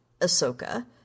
Ahsoka